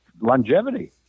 longevity